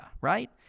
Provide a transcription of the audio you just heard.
right